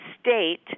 state